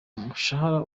mushahara